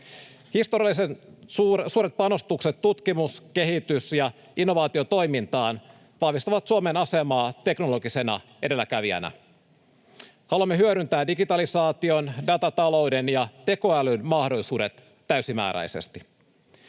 Historiallisen suuret panostukset tutkimus-, kehitys- ja innovaatiotoimintaan vahvistavat Suomen asemaa teknologisena edelläkävijänä. Haluamme hyödyntää digitalisaation, datatalouden ja tekoälyn mahdollisuudet täysimääräisesti.